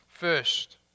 First